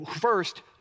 first